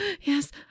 Yes